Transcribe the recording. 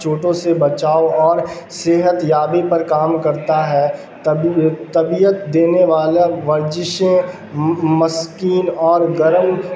چوٹوں سے بچاؤ اور صحت یابی پر کام کرتا ہے تربیت دینے والا ورزشیں مسکن اور گرم